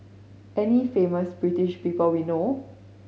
any famous British people we know